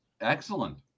excellent